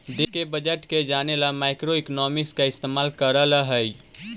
देश के बजट को जने ला मैक्रोइकॉनॉमिक्स का इस्तेमाल करल हई